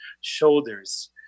shoulders